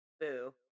Boo